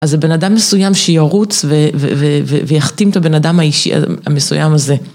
אז זה בן אדם מסוים שירוץ ויחתים את הבן אדם האישי המסוים הזה.